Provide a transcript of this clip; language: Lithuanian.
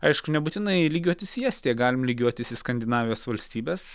aišku nebūtinai lygiuotis estiją galim lygiuotis į skandinavijos valstybes